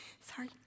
Sorry